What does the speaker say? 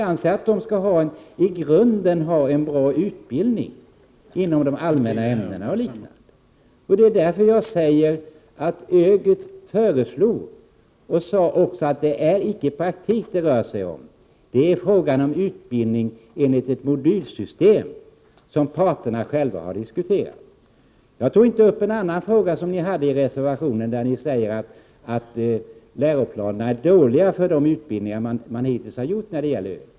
Vi anser att eleverna skall ha en i grunden bra utbildning inom de allmänna ämnena osv. Det är därför jag säger att det inte rör sig om praktik i ÖGY, utan det är fråga om utbildning enligt ett modulsystem som parterna själva har diskuterat. Jag tog inte upp en annan fråga som moderaterna har med i reservationen. Moderaterna säger att läroplanerna är dåliga med avseende på de utbildningar som hittills har genomförts när det gäller ÖGY.